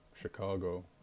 Chicago